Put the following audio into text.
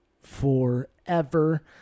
forever